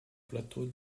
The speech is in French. plateaux